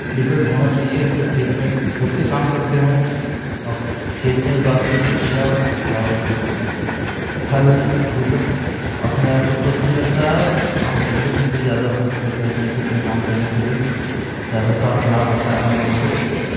depend होना चाहिए इससे इस खेत में खुद से काम करते हैं और खेत में उगा के सब्जियाँ और फल ये सब अपने आपको स्वस्थ भी रखता है और काम करने से भी ज्यादा स्वस्थ रहते हैं अपने खेत में काम करने से भी ज्यादा स्वास्थ्य लाभ होता है हम लोगों को